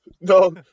No